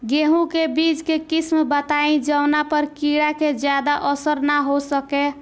गेहूं के बीज के किस्म बताई जवना पर कीड़ा के ज्यादा असर न हो सके?